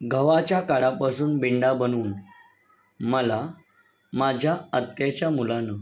गव्हाच्या काडापासून बिंडा बनवून मला माझ्या अत्याच्या मुलानं